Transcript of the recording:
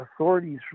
authorities